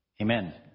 Amen